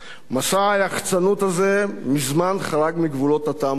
מסע היחצנות הזה מזמן חרג מגבולות הטעם הטוב,